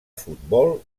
futbol